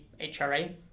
HRA